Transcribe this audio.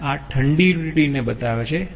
અને આ ઠંડી યુટીલીટી ને બતાવે છે